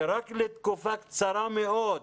ורק לתקופה קצרה מאוד,